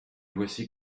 voici